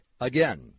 Again